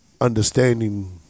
Understanding